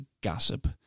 gossip